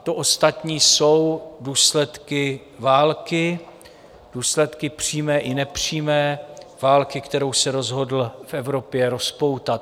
To ostatní jsou důsledky války, důsledky přímé i nepřímé, války, kterou se rozhodl v Evropě rozpoutat.